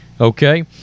Okay